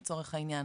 לצורך העניין,